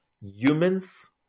humans